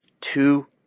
two